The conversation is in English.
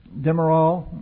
Demerol